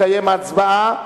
תתקיים ההצבעה.